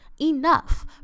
enough